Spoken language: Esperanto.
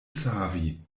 savi